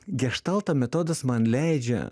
geštalto metodas man leidžia